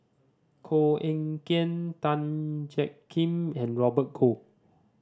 Koh Eng Kian Tan Jiak Kim and Robert Goh